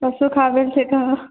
आओर सुखाबै लए छै कहाँ